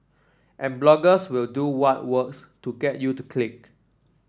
and bloggers will do what works to get you to click